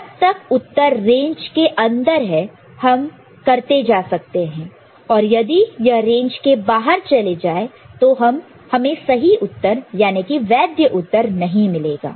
जब तक उत्तर रेंज के अंदर है हम करते जा सकते हैं और यदि यह रेंज के बाहर चले जाएं तो हमें सही उत्तर याने की वैद्य वैलिड valid उत्तर नहीं मिलेगा